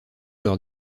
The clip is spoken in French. leur